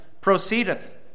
proceedeth